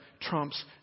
trumps